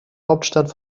hauptstadt